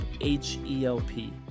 H-E-L-P